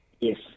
Yes